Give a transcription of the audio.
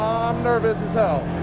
nervous as hell.